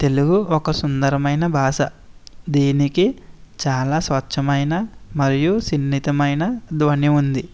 తెలుగు ఒక సుందరమైన భాష దీనికి చాలా స్వచ్ఛమైన మరియు సున్నితమైన ధ్వని ఉంది